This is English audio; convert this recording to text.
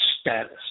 status